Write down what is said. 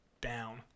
Down